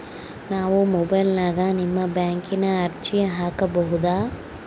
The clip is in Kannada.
ನಾವು ಮೊಬೈಲಿನ್ಯಾಗ ನಿಮ್ಮ ಬ್ಯಾಂಕಿನ ಅರ್ಜಿ ಹಾಕೊಬಹುದಾ?